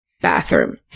bathroom